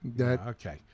Okay